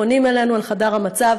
פונים אלינו אל חדר המצב,